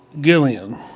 Gillian